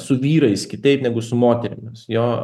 su vyrais kitaip negu su moterimis jo